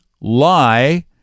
lie